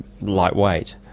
lightweight